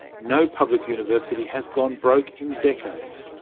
no public university has gone broke in decades,